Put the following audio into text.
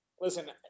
listen